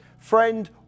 Friend